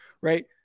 right